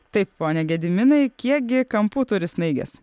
taip pone gediminai kiek gi kampų turi snaigės